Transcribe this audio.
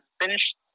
finished